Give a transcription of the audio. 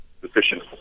sufficient